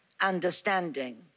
understanding